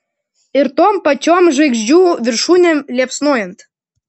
ir tom pačiom žvaigždžių viršūnėm liepsnojant